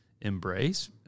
embrace